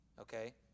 Okay